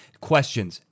Questions